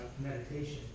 meditation